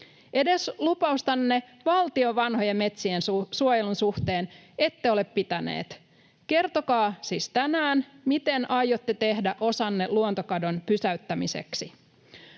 Edes lupaustanne valtion vanhojen metsien suojelun suhteen ette ole pitäneet. Kertokaa siis tänään, miten aiotte tehdä osanne luontokadon pysäyttämiseksi.